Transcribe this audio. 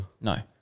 No